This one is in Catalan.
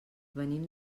venim